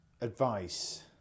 advice